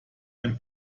ein